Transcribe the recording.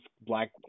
Black